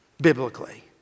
biblically